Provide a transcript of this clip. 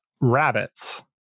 rabbits